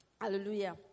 Hallelujah